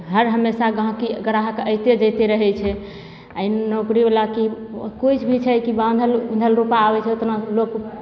हर हमेशा गहिँकी ग्राहक अएते जएते रहै छै आओर नौकरीवला चीज कोइ भी छै कि बान्हल उन्हल रुपा आबै छै ओतना लोक